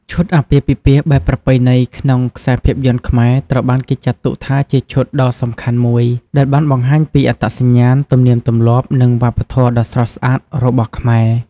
ឈុតអាពាហ៍ពិពាហ៍បែបប្រពៃណីក្នុងខ្សែភាពយន្តខ្មែរត្រូវបានគេចាត់ទុកថាជាឈុតដ៏សំខាន់មួយ ដែលបានបង្ហាញពីអត្តសញ្ញាណ ទំនៀមទម្លាប់ និងវប្បធម៌ដ៏ស្រស់ស្អាតរបស់ខ្មែរ។